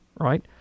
right